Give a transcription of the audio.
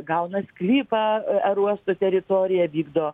gauna sklypą oro uosto teritorijoj vykdo